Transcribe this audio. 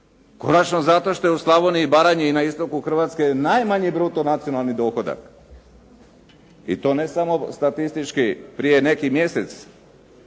Konačno zato što je u Slavoniji i Baranji i na istoku Hrvatske najmanji bruto nacionalni dohodak. I to ne samo statistički. Prije neki mjesec